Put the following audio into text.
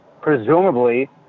presumably